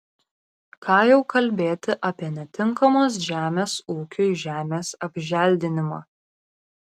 ką jau kalbėti apie netinkamos žemės ūkiui žemės apželdinimą